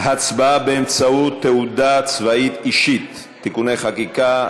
הצבעה באמצעות תעודה צבאית אישית (תיקוני חקיקה),